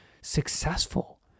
successful